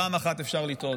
פעם אחת אפשר לטעות,